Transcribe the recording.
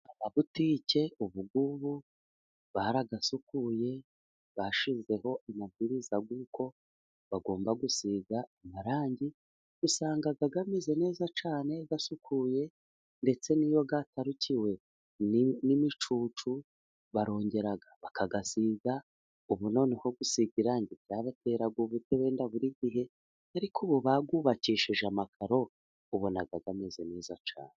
Amabutike ubungubu barayasukuye, bashyizeho amabwiriza yuko bagomba gusiga amarangi. Usanga ameze neza cyane, asukuye ndetse n'iyo yatarukiwe n'imicucu barongera bakayasiga. Ubu noneho ko gusiga irangi byabateraraga ubute, wenda buri gihe, ariko ubu bayubakishije amakaro, ubona ameze neza cyane.